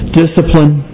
discipline